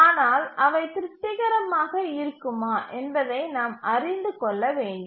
ஆனால் அவை திருப்திகரமாக இருக்குமா என்பதை நாம் அறிந்து கொள்ள வேண்டும்